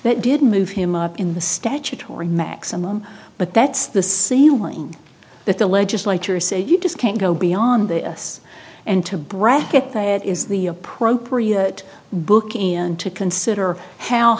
that didn't move him up in the statutory maximum but that's the ceiling that the legislature said you just can't go beyond this and to bracket the head is the appropriate booking and to consider how